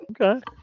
Okay